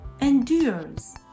endures